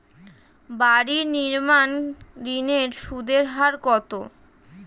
বাড়ি নির্মাণ ঋণের সুদের হার কত?